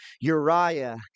Uriah